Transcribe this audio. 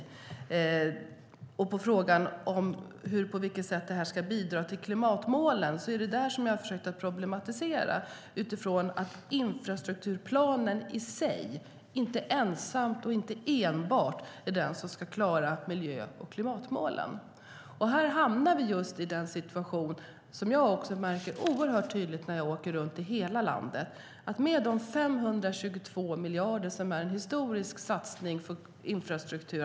När det gäller frågan om på vilket sätt det här ska bidra till klimatmålen är det där som jag har försökt att problematisera utifrån att infrastrukturplanen i sig inte enbart är den som ska klara miljö och klimatmålen. Här hamnar vi just i den situation som jag märker oerhört tydligt när jag åker runt i hela landet. De 522 miljarderna är en historisk satsning på infrastruktur.